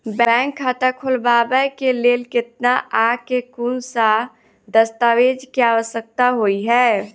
Bank खाता खोलबाबै केँ लेल केतना आ केँ कुन सा दस्तावेज केँ आवश्यकता होइ है?